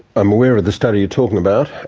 i'm aware of the study you're talking about.